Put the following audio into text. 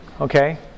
okay